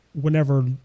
whenever